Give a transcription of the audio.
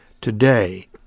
today